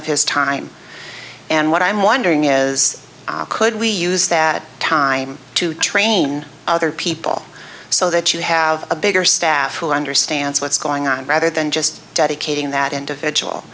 of his time and what i'm wondering is could we use that time to train other people so that you have a bigger staff who understands what's going on rather than just dedicating that individual